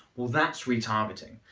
well that's retargeting,